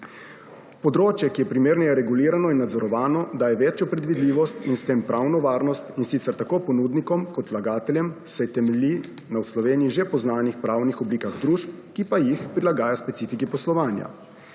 Področje, ki je primerneje regulirano in nadzorovano, daje večjo predvidljivost in s tem pravno varnost, in sicer tako ponudnikom, kot vlagateljem, saj temelji na v Sloveniji že poznanih pravnih oblikah družb, ki pa jih prilagaja specifiki poslovanja.